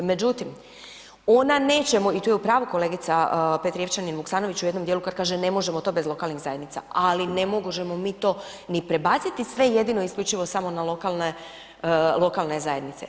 Međutim ona neće, i tu je u pravu kolegica Petrijevčanin-Vukasnović u jednom dijelu kad kaže ne možemo to bez lokalnih zajednica, ali ne možemo mi to ni prebaciti sve jedino i isključivo samo na lokalne zajednice.